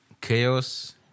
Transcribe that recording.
chaos